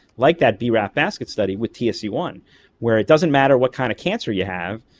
like that braf basket study with t s e one where it doesn't matter what kind of cancer you have,